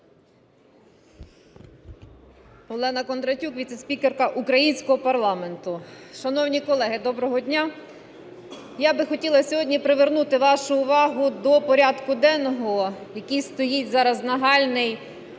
Олена Кондратюк віце-спікерка українського парламенту. Шановні колеги, доброго дня. Я би хотіла сьогодні привернути вашу увагу до порядку денного, який стоїть зараз нагальний